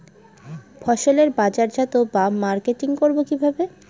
ফসলের বাজারজাত বা মার্কেটিং করব কিভাবে?